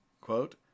quote